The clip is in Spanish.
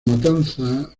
matanza